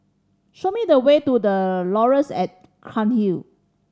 show me the way to The Laurels at Cairnhill